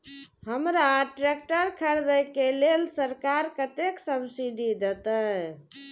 हमरा ट्रैक्टर खरदे के लेल सरकार कतेक सब्सीडी देते?